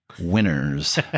winners